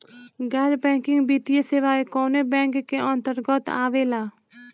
गैर बैंकिंग वित्तीय सेवाएं कोने बैंक के अन्तरगत आवेअला?